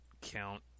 count